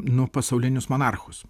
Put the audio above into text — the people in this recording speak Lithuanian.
nu pasaulinius monarchus